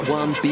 one